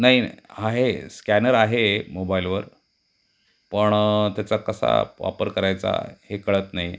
नाही आहे स्कॅनर आहे मोबाईलवर पण त्याचा कसा वापर करायचा हे कळत नाही